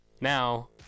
now